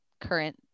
current